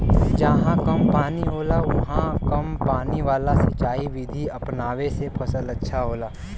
जहां कम पानी होला उहाँ कम पानी वाला सिंचाई विधि अपनावे से फसल अच्छा होला